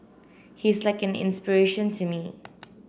he's like an inspiration to me